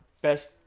Best